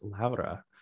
Laura